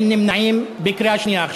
אין נמנעים בקריאה שנייה.